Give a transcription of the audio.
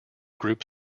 group